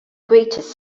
greatest